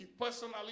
personally